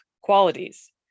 qualities